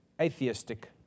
atheistic